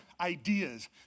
ideas